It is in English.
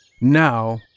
Now